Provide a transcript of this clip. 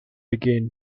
begin